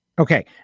Okay